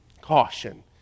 caution